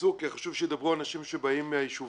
בקיצור כי חשוב שידברו אנשים שבאים מהיישובים.